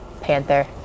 panther